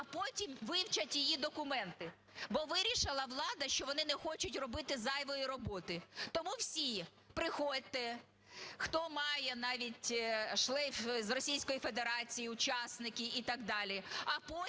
а потім вивчать її документи, бо вирішила влада, що вони не хочуть робити зайвої роботи. Тому всі приходьте, хто має навіть шлейф з Російської Федерації,